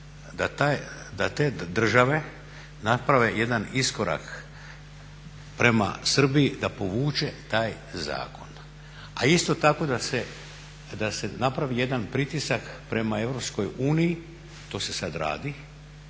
da te države naprave jedan iskorak prema Srbiji da povuče taj zakon. A isto tako da se napravi jedan pritisak prema EU, to se sad radi,